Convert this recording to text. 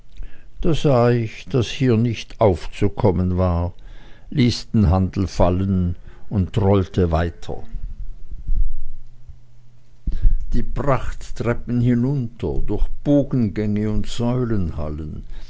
da sah ich daß hier nicht aufzukommen war ließ den handel fallen und trollte weiter die prachttreppen hinunter durch bogengänge und